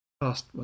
past